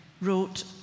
wrote